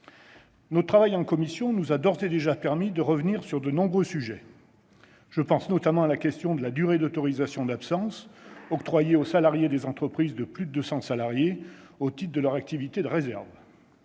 Notre travail en commission nous a d'ores et déjà permis de revenir sur de nombreux sujets. Je pense notamment à la question de la durée d'autorisation d'absence octroyée aux salariés des entreprises de plus de 200 salariés au titre de leurs activités de réserve.